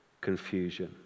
Confusion